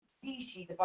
species